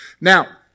Now